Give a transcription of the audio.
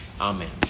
Amen